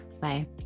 Bye